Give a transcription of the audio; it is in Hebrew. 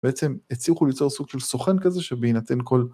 בעצם הצליחו ליצור סוג של סוכן כזה שבהינתן כל...